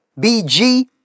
BG